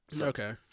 Okay